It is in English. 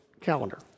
calendar